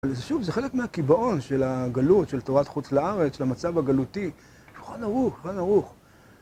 שוב, זה חלק מהקיבעון של הגלות, של תורת חוץ לארץ, של המצב הגלותי, שולחן ערוך, שולחן ערוך